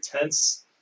tense